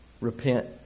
Repent